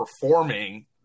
performing